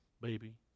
baby